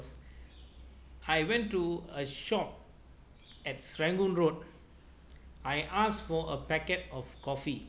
I went to a shop at serangoon road I asked for a packet of coffee